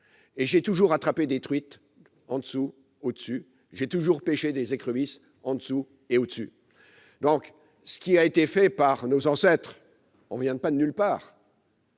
et j'ai toujours attraper détruite en dessous au-dessus, j'ai toujours pêcher des écrevisses en dessous et au-dessus, donc ce qui a été fait par nos ancêtre, on vient de pas de nulle part.